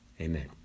Amen